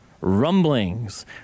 rumblings